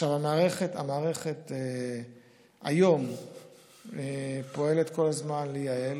המערכת היום פועלת כל הזמן לייעל.